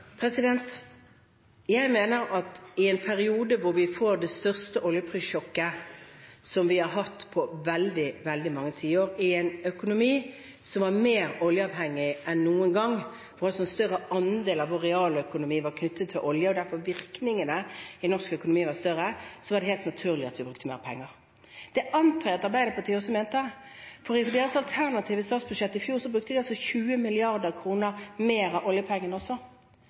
Jeg mener at i en periode da vi fikk det største oljeprissjokket vi hadde hatt på veldig, veldig mange tiår, i en økonomi som var mer oljeavhengig enn noen gang, hvor en større andel av vår realøkonomi var knyttet til olje og virkningene i norsk økonomi derfor var større, var det helt naturlig at vi brukte mer penger. Det antar jeg at Arbeiderpartiet også mente, for i deres alternative statsbudsjett i fjor brukte også de 20 mrd. kr mer av oljepengene.